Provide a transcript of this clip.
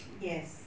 yes